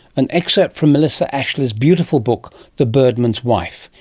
an excerpt from melissa ashley's beautiful book the birdman's wife.